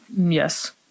Yes